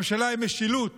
ממשלה עם משילות